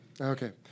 Okay